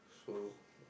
so